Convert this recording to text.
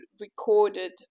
recorded